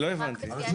לא הבנתי.